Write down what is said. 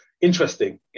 interesting